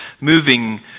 moving